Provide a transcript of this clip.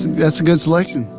that's a good selection.